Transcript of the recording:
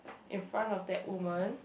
in front of that woman